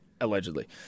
allegedly